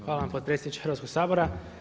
Hvala vam potpredsjedniče Hrvatskog sabora.